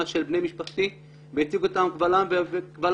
של בני משפחתי והציג אותם קבל עם ועדה.